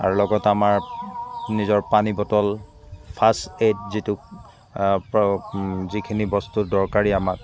আৰু লগত আমাৰ নিজৰ পানী বটল ফাষ্ট এড যিটো যিখিনি বস্তু দৰকাৰী আমাক